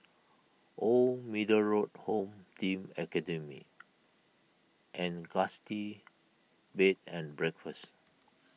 Old Middle Road Home Team Academy and Gusti Bed and Breakfast